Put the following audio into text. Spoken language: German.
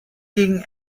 gegen